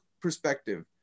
perspective